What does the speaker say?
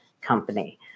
company